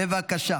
בבקשה.